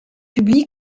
public